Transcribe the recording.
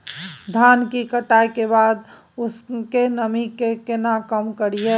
धान की कटाई के बाद उसके नमी के केना कम करियै?